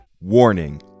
Warning